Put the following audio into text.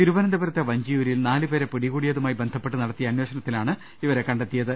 തിരുവനന്തപുരത്തെ വഞ്ചിയൂരിൽ നാല് പേരെ പിടികൂടിയതുമായി ബന്ധപ്പെട്ട് നടത്തിയ അന്വേഷണത്തിലാണ് ഇവരെ കണ്ടെത്തിയത്